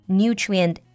nutrient